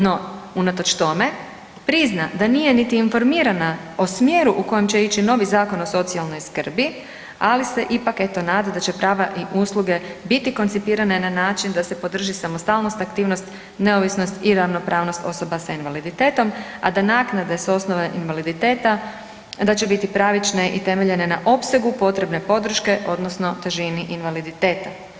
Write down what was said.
No, unatoč tome prizna da nije niti informirana o smjeru u kojem će ići novi Zakon o socijalnoj skrbi, ali se ipak, evo, nada, da će prava i usluge biti koncipirane na način da se podrži samostalnost, aktivnost, neovisnost i ravnopravnost osoba sa invaliditetom, a da naknade s osnova invaliditeta da će biti pravične i temeljene na opsegu potrebne podrške odnosno težini invaliditeta.